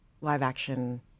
live-action